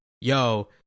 Yo